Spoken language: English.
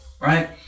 right